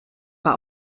war